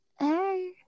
hey